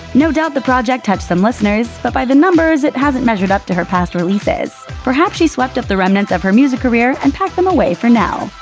no doubt the project touched some listeners, but by the numbers, it hasn't measured up to her past releases. perhaps she's swept up the remnants of her music career and packed them away for now.